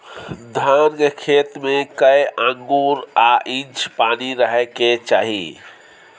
धान के खेत में कैए आंगुर आ इंच पानी रहै के चाही?